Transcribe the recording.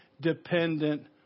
dependent